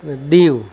અને દીવ